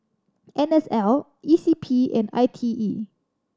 N S L E C P and I T E